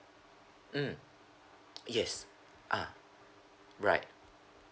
mm yes ah right